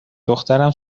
دخترم